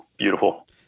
beautiful